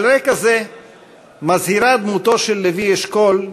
על רקע זה מזהירה דמותו של לוי אשכול,